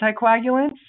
anticoagulants